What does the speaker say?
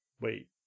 wait